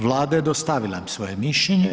Vlada je dostavila svoje mišljenje.